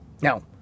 Now